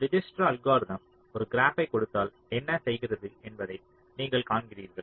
Dijkstra algorithm ஒரு கிராப்பைக் கொடுத்தால் என்ன செய்கிறது என்பதை நீங்கள் காண்கிறீர்கள்